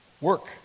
work